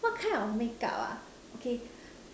what kind of makeup ah okay